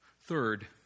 Third